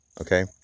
Okay